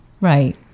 right